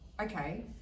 okay